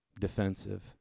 defensive